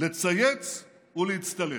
לצייץ ולהצטלם.